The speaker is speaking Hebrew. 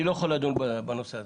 אני לא יכול לדון בנושא הזה.